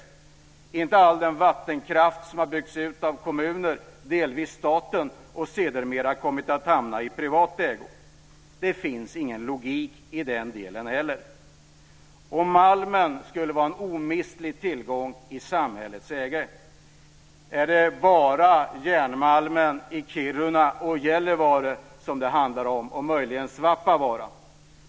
Det är inte all den vattenkraft som byggts ut av kommuner, delvis staten, och sedermera kommit att hamna i privat ägo. Det finns inte heller i den delen någon logik. När det gäller malmen skulle den vara en omistlig tillgång i samhällets ägo. Är det bara järnmalmen i Kiruna och Gällivare som det handlar om, och möjligen den i Svappavaara?